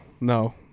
no